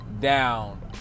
down